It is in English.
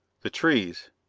the trees.